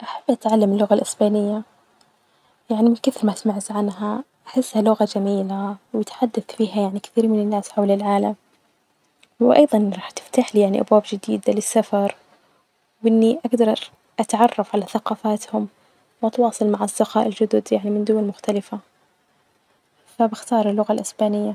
أحب أتعلم الأسبانية، يعني من كثر ما سمعت عنها أحسها لغة جميلة ويتحدث فيها يعني كثير من الناس حول العالم، وأيضا راح تفتحلي يعني أبواب جديدة للسفر، وإني أجدر أتعرف علي ثقافاتهم وأتواصل مع الأصدقاء الجدد من دول مختلفة، فبختار اللغة الأسبانية.